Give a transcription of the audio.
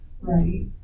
right